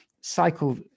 cycle